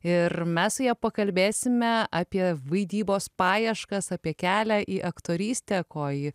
ir mes su ja pakalbėsime apie vaidybos paieškas apie kelią į aktorystę ko ji